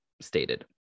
stated